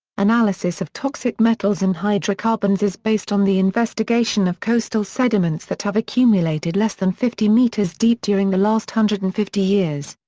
analysis of toxic metals and hydrocarbons is based on the investigation of coastal sediments that have accumulated less than fifty meters deep during the last hundred and fifty years.